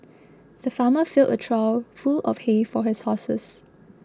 the farmer filled a trough full of hay for his horses